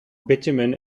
bitumen